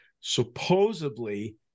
supposedly